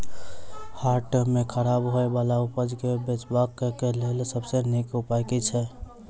हाट मे खराब होय बला उपज केँ बेचबाक क लेल सबसँ नीक उपाय की अछि?